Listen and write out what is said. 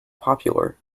popular